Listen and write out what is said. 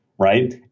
right